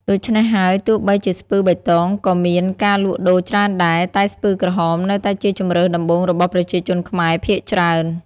ដូច្នេះហើយ ទោះបីជាស្ពឺបៃតងក៏មានការលក់ដូរច្រើនដែរ តែស្ពឺក្រហមនៅតែជាជម្រើសដំបូងរបស់ប្រជាជនខ្មែរភាគច្រើន។